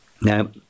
Now